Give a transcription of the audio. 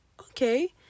okay